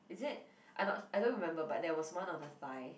is it I not I don't remember but there was one of the five